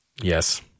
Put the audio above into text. yes